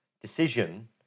decision